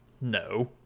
no